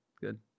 Good